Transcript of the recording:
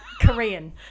Korean